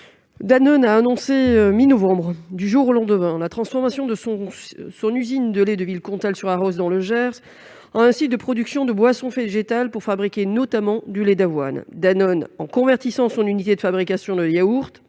Danone a annoncé la transformation de son usine de lait de Villecomtal-sur-Arros dans le Gers en un site de production de boissons végétales, pour fabriquer notamment du lait d'avoine. En convertissant son unité de fabrication de yaourts